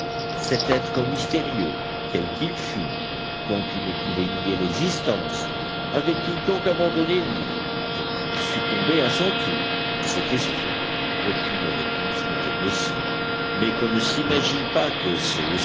cet être mystérieux quel qu'il fût dont ils ne pouvaient nier l'existence avait-il donc abandonné l'île avait-il succombé à son tour à ces questions aucune réponse n'était possible mais qu'on ne s'imagine pas que